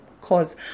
cause